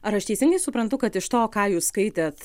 ar aš teisingai suprantu kad iš to ką jūs skaitėt